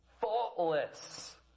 faultless